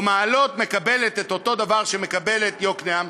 או מעלות מקבלת אותו דבר שמקבלת יקנעם,